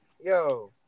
Yo